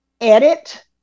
edit